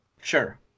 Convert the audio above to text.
Sure